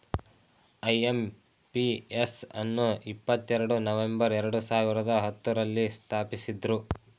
IMPS ಅನ್ನು ಇಪ್ಪತ್ತೆರಡು November ಎರಡು ಸಾವಿರದ ಹತ್ತುರಲ್ಲಿ ಸ್ಥಾಪಿಸಿದ್ದ್ರು